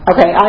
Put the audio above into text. Okay